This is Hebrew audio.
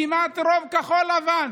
כמעט, רוב כחול לבן